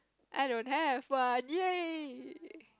I don't have one yay